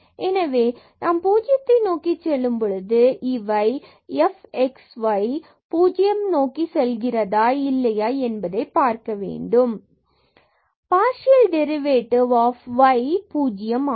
எனவே நாம் பூஜ்ஜியத்தை நோக்கி செல்லும் பொழுது இவை f xy as x y பூஜ்ஜியம் நோக்கி செல்கிறதா இல்லையா என்பதை பார்க்கவேண்டும் பார்சியல் டெரிவேட்டிவ் of f பூஜ்யம் ஆகும்